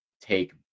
take